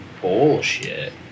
bullshit